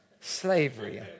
slavery